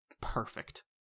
perfect